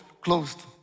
closed